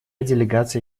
делегация